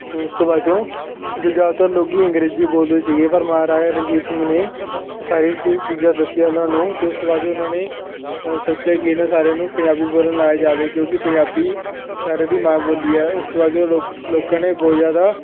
ਅਤੇ ਉਸ ਤੋਂ ਬਾਚੋਂ ਉੱਥੇ ਜ਼ਿਆਦਾਤਰ ਲੋਕ ਅੰਗਰੇਜ਼ੀ ਬੋਲਦੇ ਸੀਗੇ ਪਰ ਮਹਾਰਾਜਾ ਰਣਜੀਤ ਸਿੰਘ ਨੇ ਸਾਰੀ ਚੀ ਚੀਜ਼ਾਂ ਦੱਸੀਆਂ ਉਹਨਾਂ ਨੂੰ ਅਤੇ ਉਸ ਤੋਂ ਬਾਚੋਂ ਉਹਨਾਂ ਨੇ ਸੋਚਿਆ ਕਿ ਇਹਨਾਂ ਸਾਰਿਆਂ ਨੂੰ ਪੰਜਾਬੀ ਬੋਲਣ ਲਾਇਆ ਜਾਵੇ ਕਿਉਂਕਿ ਪੰਜਾਬੀ ਸਾਰਿਆਂ ਦੀ ਮਾਂ ਬੋਲੀ ਹੈ ਉਸ ਤੋਂ ਬਾਅਦ ਜੋ ਲੋਕ ਲੋਕਾਂ ਨੇ ਬਹੁਤ ਜ਼ਿਆਦਾ